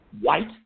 White